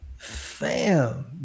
fam